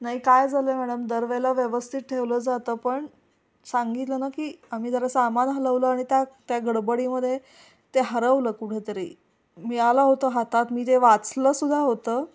नाही काय झालंय मॅडम दरवेळेला व्यवस्थित ठेवलं जातं पण सांगितलं ना की आम्ही जरा सामान हलवलं आणि त्या त्या गडबडीमध्ये ते हरवलं कुठेतरी मिळालं होतं हातात मी ते वाचलं सुद्धा होतं